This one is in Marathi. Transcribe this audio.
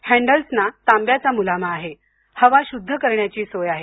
हॅण्डल्सना तांब्याचा मुलामा आहे हवा शुद्ध करण्याची सोय आहे